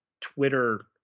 Twitter